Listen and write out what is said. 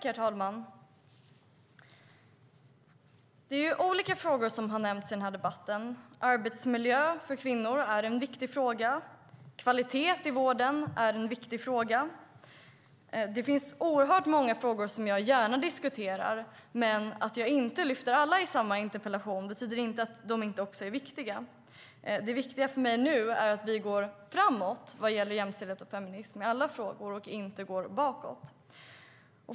Herr talman! Det är olika frågor som har nämnts i debatten. Arbetsmiljö för kvinnor är en viktig fråga. Kvalitet i vården är en viktig fråga. Det finns oerhört många frågor som jag gärna diskuterar. Att jag inte lyfter fram alla i samma interpellation betyder inte att de inte också är viktiga. Det viktiga för mig nu är att vi går framåt vad gäller jämställdhet och feminism i alla frågor och inte går bakåt.